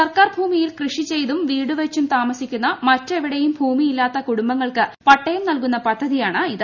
സർക്കാർ ഭൂമിയിൽ കൃഷി ചെയ്തും വീടുവെച്ചും താമസിക്കുന്ന മറ്റെവിടെയും ഭൂമിയില്ലാത്ത കുടുംബങ്ങൾക്ക് പട്ടയം നൽകുന്ന പദ്ധതിയാണിത്